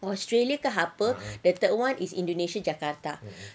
australia ke apa the third one is indonesia jakarta